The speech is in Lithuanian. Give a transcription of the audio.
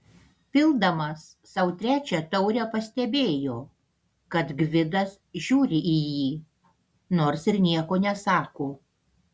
pildamas sau trečią taurę pastebėjo kad gvidas žiūri į jį nors ir nieko nesako